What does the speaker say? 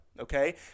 okay